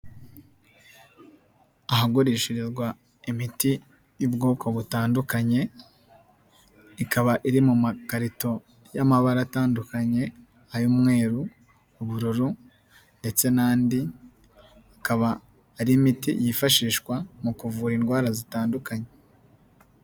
Ahagurishirizwa imiti y'ubwoko butandukanye, ikaba iri mu makarito y'amabara atandukanye, ay'umweruru, ubururu ndetse n'andi, akaba ari imiti yifashishwa mu kuvura indwara zitandukanye.